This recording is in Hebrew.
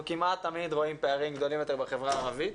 כמעט תמיד רואים פערים גדולים יותר בחברה הערבית,